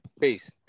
Peace